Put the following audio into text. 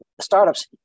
startups